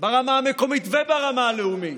ברמה המקומית וברמה הלאומית,